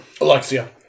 Alexia